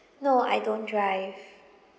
no I don't drive